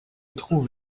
trouve